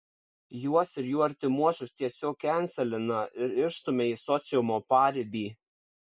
juos ir jų artimuosius tiesiog kenselina ir išstumia į sociumo paribį